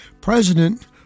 President